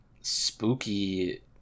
spooky